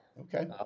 Okay